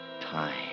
Time